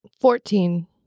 Fourteen